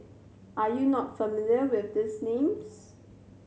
are you not familiar with these names